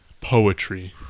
poetry